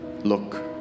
look